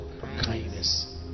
kindness